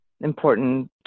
important